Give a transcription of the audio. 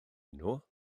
nhw